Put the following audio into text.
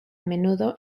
menudo